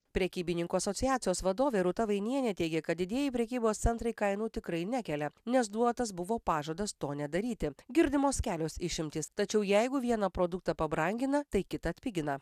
prekybininkų asociacijos vadovė rūta vainienė teigia kad didieji prekybos centrai kainų tikrai nekelia nes duotas buvo pažadas to nedaryti girdimos kelios išimtys tačiau jeigu vieną produktą pabrangina tai kitą atpigina